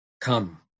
Come